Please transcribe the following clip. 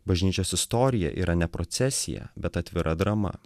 bažnyčios istorija yra ne procesija bet atvira drama